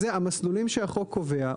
אבל זה המסלולים שהחוק קובע.